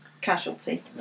Casualty